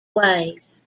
ways